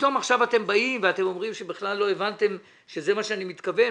ופתאום עכשיו אתם באים ואומרים שבכלל לא הבנתם שזה מה שאני מתכוון.